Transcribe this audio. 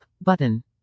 button